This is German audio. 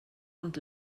und